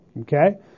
Okay